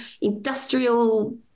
industrial